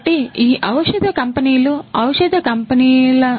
కాబట్టి ఈ ఔషధ కంపెనీలు ఈ ఔషధ కంపెనీలు